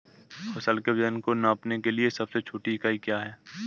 फसल के वजन को नापने के लिए सबसे छोटी इकाई क्या है?